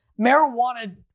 Marijuana